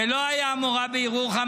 זו לא הייתה המורה בירוחם,